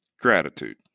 gratitude